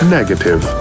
Negative